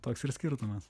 toks ir skirtumas